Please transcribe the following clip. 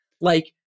Like-